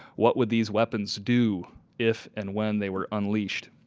what would these weapons do if and when they were unleashed?